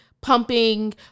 pumping